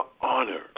honor